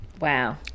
Wow